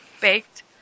baked